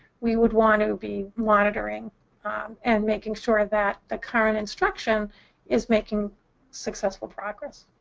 we would want to be monitoring and making sure that the current instruction is making successful progress.